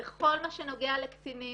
בכל מה שנוגע לקטינים,